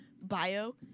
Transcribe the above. Bio